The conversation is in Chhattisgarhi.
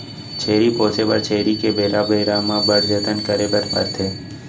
छेरी पोसे बर छेरी के बेरा बेरा म बड़ जतन करे बर परथे